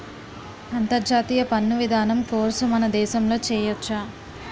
అంతర్జాతీయ పన్ను విధానం కోర్సు మన దేశంలో చెయ్యొచ్చా